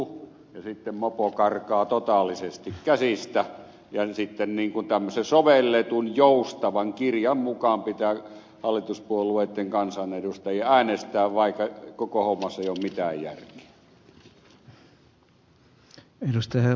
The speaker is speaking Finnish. sitten mopo karkaa totaalisesti käsistä ja sitten niin kuin tämmöisen sovelletun joustavan kirjan mukaan pitää hallituspuolueitten kansanedustajien äänestää vaikka koko hommassa ei ole mitään järkeä